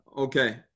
Okay